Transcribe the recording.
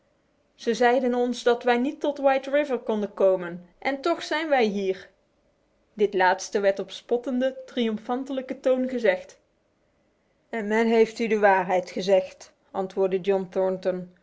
ze zeiden ons dat wij niet tot white river konden komen en toch zijn wij hier dit laatste werd op spottend triomfantelijke toon gezegd en men heeft u de waarheid gezegd antwoordde john